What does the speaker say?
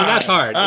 ah that's hard.